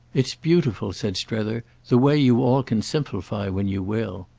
it's beautiful, said strether, the way you all can simplify when you will.